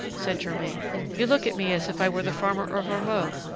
said germain you look at me as if i were the farmer of ormeaux.